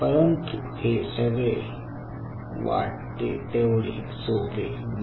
परंतु हे सगळे वाटते तेवढे सोपे नाही